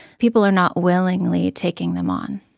people are not willingly taking them on.